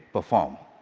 perform.